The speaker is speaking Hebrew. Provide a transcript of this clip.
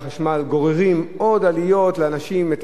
רבותי,